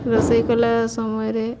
ରୋଷେଇ କଲା ସମୟରେ